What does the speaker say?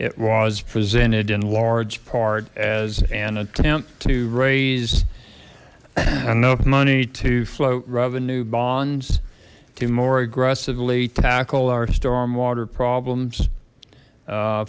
it was presented in large part as an attempt to raise enough money to float revenue bonds to more aggressively tackle our storm water problems